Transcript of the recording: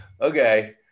okay